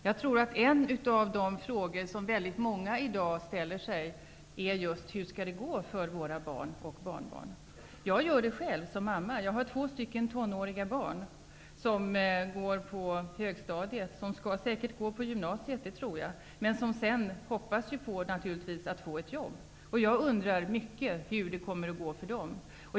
Jag tror att en av de frågor som väldigt många i dag ställer sig är just: Hur skall det gå för våra barn och barnbarn? Det gör jag själv som mamma. Jag har två tonåriga barn, som går på högstadiet och som säkert skall gå på gymnasiet men som sedan naturligtvis hoppas på att få ett jobb. Jag undrar mycket hur det kommer att gå för dem.